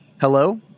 hello